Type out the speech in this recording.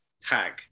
tag